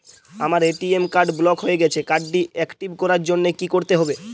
আমার ATM card block হয়ে গেছে কার্ড টি একটিভ করার জন্যে কি করতে হবে?